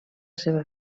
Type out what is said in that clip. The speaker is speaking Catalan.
seva